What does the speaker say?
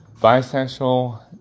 bisexual